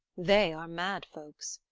they are mad-folks.